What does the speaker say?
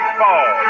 fall